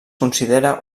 considera